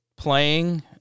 playing